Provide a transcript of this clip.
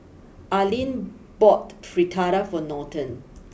Arline bought Fritada for Norton